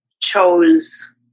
chose